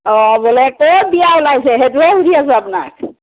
অঁ বোলে ক'ত বিয়া ওলাইছে সেইটোহে সুধি আছোঁ আপোনাক